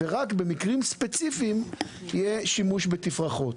ורק במקרים ספציפיים יהיה שימוש בתפרחות.